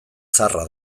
zaharra